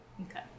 okay